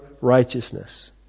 righteousness